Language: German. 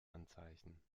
anzeichen